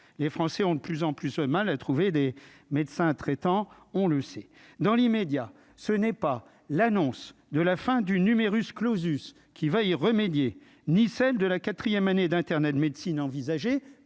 les Français ont de plus en plus de mal à trouver des médecins traitants, on le sait, dans l'immédiat, ce n'est pas l'annonce de la fin du numerus clausus, qui va y remédier, ni celle de la 4ème année d'internat de médecine envisagée